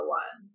one